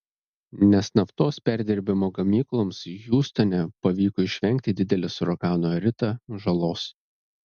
nes naftos perdirbimo gamykloms hiūstone pavyko išvengti didelės uragano rita žalos